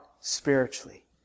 spiritually